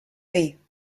dir